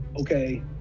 okay